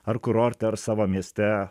ar kurorte ar savo mieste